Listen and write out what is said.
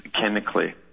chemically